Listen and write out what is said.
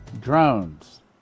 drones